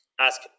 ask